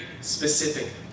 specific